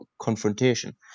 confrontation